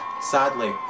sadly